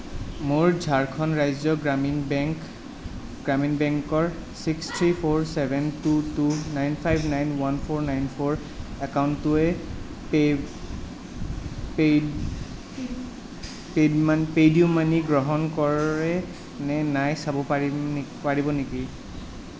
মোৰ ঝাৰখণ্ড ৰাজ্য গ্ৰামীণ বেংক গ্ৰামীণ বেংকৰ six three four seven two two nine five nine one four nine four একাউণ্টটোৱে pay paid paid money paid you money গ্ৰহণ কৰে নে নাই চাব পাৰিম নি পাৰিব নেকি